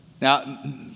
Now